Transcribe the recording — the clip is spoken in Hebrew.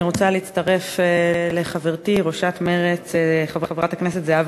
אני רוצה להצטרף לחברתי ראשת מרצ חברת הכנסת זהבה